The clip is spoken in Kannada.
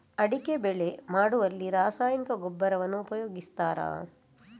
ಅಡಿಕೆ ಬೆಳೆ ಮಾಡುವಲ್ಲಿ ರಾಸಾಯನಿಕ ಗೊಬ್ಬರವನ್ನು ಉಪಯೋಗಿಸ್ತಾರ?